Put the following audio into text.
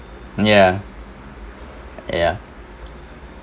ya ya